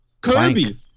Kirby